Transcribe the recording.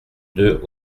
deux